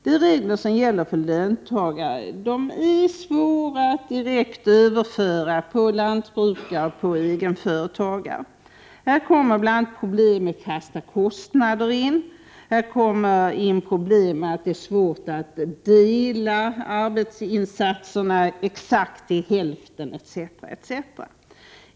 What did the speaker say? De regler som gäller för löntagare är svåra att direkt överföra på lantbrukare och egenföretagare. Här kommer bl.a. problem in med fasta kostnader, svårigheten att dela arbetsinsatsen exakt på hälften etc.